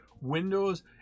Windows